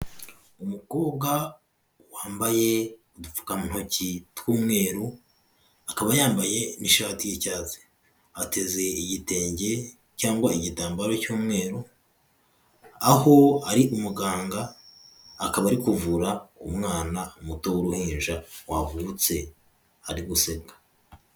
Umukobwa wambaye udupfukantoki tw'umweru akaba yambaye ishati y'icyatsi, ateze igitenge cyangwa igitambaro cy'umweru aho ari umuganga akaba ari kuvura umwana muto w'uruhinja wavutse ari guseka.